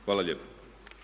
Hvala lijepo.